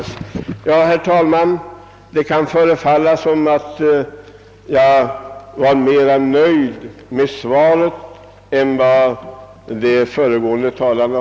Herr talman! Det kan måhända förefalla som om jag var mera nöjd med interpellationssvaret än de föregående talarna.